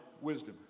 wisdom